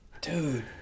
Dude